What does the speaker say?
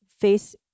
face